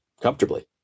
comfortably